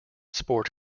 sport